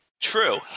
True